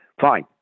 fine